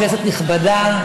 כנסת נכבדה,